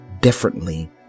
differently